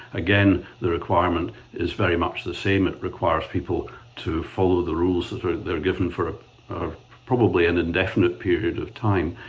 again, the requirement is very much the same. it requires people to follow the rules their given for ah probably an indefinite period of time,